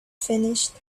finished